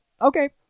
okay